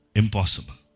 impossible